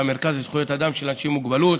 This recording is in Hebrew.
המרכז לזכויות אדם של אנשים עם מוגבלות